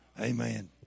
Amen